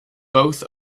both